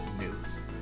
news